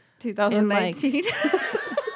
2019